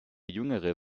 jüngere